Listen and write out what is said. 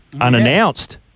unannounced